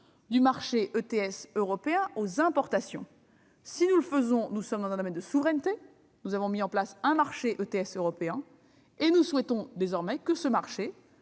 le marché ETS européen aux importations. Nous restons donc dans un domaine de souveraineté. Nous avons mis en place un marché ETS européen et nous souhaitons désormais que le prix